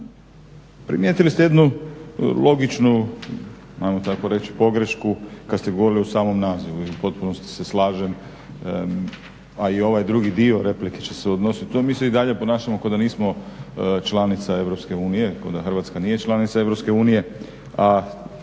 Primijetili ste jednu logičnu, ajmo tako reći pogrešku, kad ste govorili o samom nazivu i u potpunosti se slažem a i ovaj drugi dio replike će se odnositi, mi se i dalje ponašamo kao da nismo članica EU, kao da Hrvatska nije članica EU,